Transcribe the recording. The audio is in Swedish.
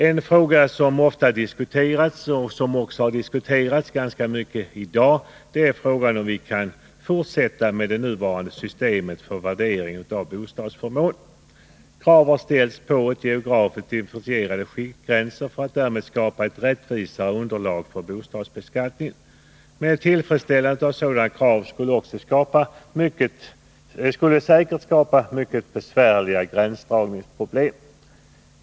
En fråga som ofta diskuterats och som också diskuterats ganska mycket i dag är frågan om vi kan fortsätta med det nuvarande systemet för värdering av bostadsförmåner. Krav har ställts på geografiskt differentierade skiktgränser för att därmed skapa ett rättvisare underlag för bostadsbeskattningen. Men tillfredsställandet av sådana krav skulle säkert skapa mycket besvärliga gränsdragningsproblem.